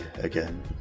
again